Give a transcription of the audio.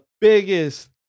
biggest